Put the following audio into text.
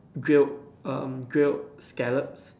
grilled um grilled scallops